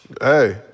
Hey